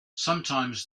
sometimes